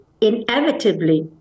inevitably